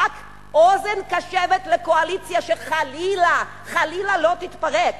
רק אוזן קשבת לקואליציה, שחלילה, חלילה, לא תתפרק.